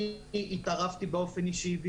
אני התערבתי באופן אישי.